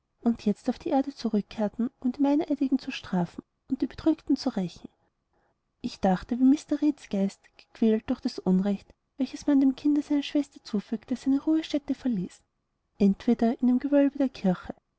und jetzt auf die erde zurückkehrten um die meineidigen zu strafen und die bedrückten zu rächen ich dachte wie mr reeds geist gequält durch das unrecht welches man dem kinde seiner schwester zufügte seine ruhestätte verließ entweder in dem gewölbe der kirche